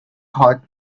hot